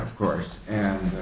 of course and